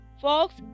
Fox